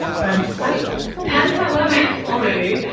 trying to type ten to eleven already.